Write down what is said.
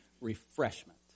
refreshment